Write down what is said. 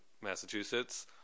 Massachusetts